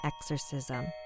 exorcism